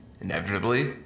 inevitably